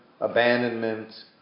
abandonment